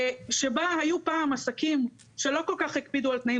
שבה היו פעם עסקים שלא כל כך הקפידו על תנאים